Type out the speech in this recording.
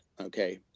Okay